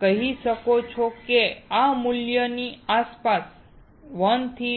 કહી શકો છો કે આ મૂલ્ય ની આસપાસ 1 અને